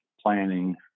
planning